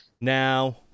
now